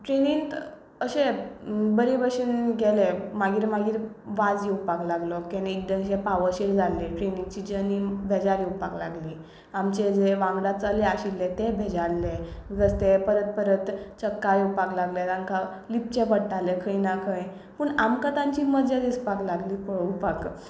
ट्रनिंत अशें बरें भाशेन गेले मागीर मागीर वाज येवपाक लागलो केन्ना एकदा अशें पावनशें जाले ट्रेनिची जर्नी बेजार येवपाक लागली आमचे जे वांगडा चले आशिल्ले ते बेजारल्ले रस्ते परत परत चक्का येवपाक लागले तांकां लिपचें पडटाले खंय ना खंय पूण आमकां तांची मजा दिसपाक लागली पळोवपाक